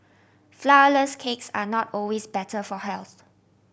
flourless cakes are not always better for health